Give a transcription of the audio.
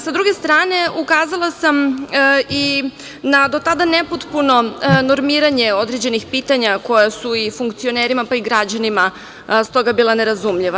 Sa druge strane, ukazala sam i na do tada nepotpuno normiranje određenih pitanja koja su i funkcionerima pa i građanima stoga bila nerazumljiva.